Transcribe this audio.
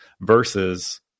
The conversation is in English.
versus